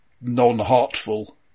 non-heartful